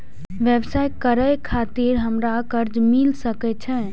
व्यवसाय करे खातिर हमरा कर्जा मिल सके छे?